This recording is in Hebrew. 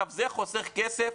זה חוסך כסף?